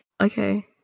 Okay